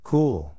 Cool